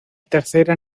tercera